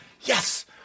yes